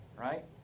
right